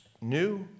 new